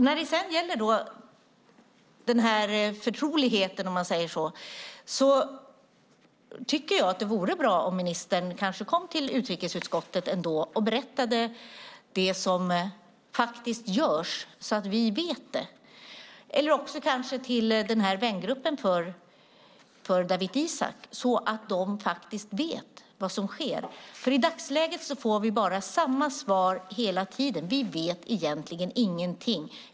När det sedan gäller den här förtroligheten, om man säger så, tycker jag att det vore bra om ministern ändå kom till utrikesutskottet och berättade vad som faktiskt görs så att vi vet det, eller kanske till vängruppen för Dawit Isaak så att de faktiskt vet vad som sker. I dagsläget får vi bara samma svar hela tiden. Vi vet egentligen ingenting.